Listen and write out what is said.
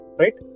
right